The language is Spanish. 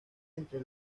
entre